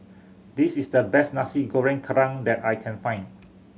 this is the best Nasi Goreng Kerang that I can find